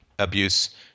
abuse